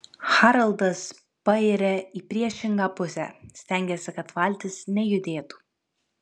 haraldas pairia į priešingą pusę stengiasi kad valtis nejudėtų